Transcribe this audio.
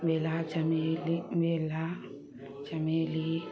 बेला चमेली बेला चमेली